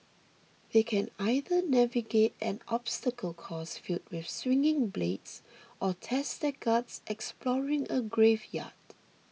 they can either navigate an obstacle course filled with swinging blades or test their guts exploring a graveyard